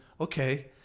Okay